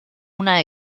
una